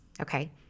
okay